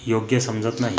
योग्य समजत नाही